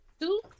two